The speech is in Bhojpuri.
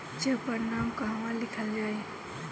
चेक पर नाम कहवा लिखल जाइ?